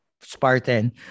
Spartan